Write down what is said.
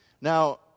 Now